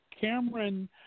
cameron